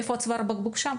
איפה צוואר הבקבוק שם?